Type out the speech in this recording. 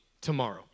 tomorrow